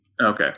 Okay